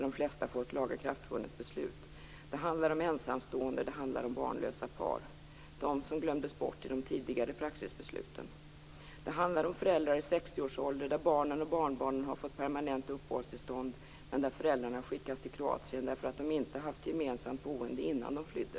De flesta har fått lagakraftvunnet beslut. Det handlar om ensamstående och om barnlösa par - de som glömdes bort i de tidigare praxisbesluten. Det handlar om föräldrar i 60-årsåldern vars barn och barnbarn har fått permanenta uppehållstillstånd. Föräldrarna skickas till Kroatien därför att de inte har haft gemensamt boende innan de flydde.